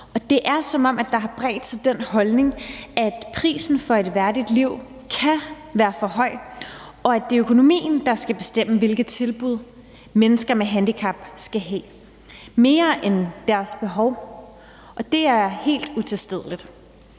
Det er, som om der har bredt sig den holdning, at prisen for et værdigt liv kan være for høj, og at det er økonomien, der skal bestemme, hvilke tilbud mennesker med handicap skal have, i højere grad end det er deres behov, og det er helt utilstedeligt.